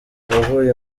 wavuye